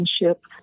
relationship